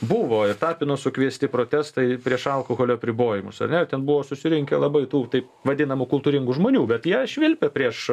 buvo ir tapino sukviesti protestai prieš alkoholio apribojimus ane ten buvo susirinkę labai tų taip vadinamų kultūringų žmonių bet jie švilpė prieš